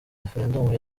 referendumu